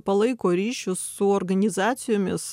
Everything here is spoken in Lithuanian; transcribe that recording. palaiko ryšius su organizacijomis